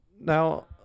Now